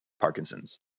Parkinson's